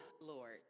Lord